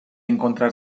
encontrar